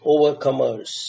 overcomers